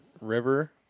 river